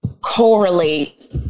correlate